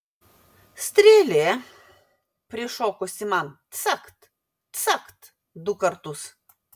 strėlė prišokusi man cakt cakt du kartus